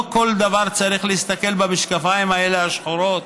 לא בכל דבר צריך להסתכל במשקפים השחורים האלה,